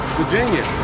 Virginia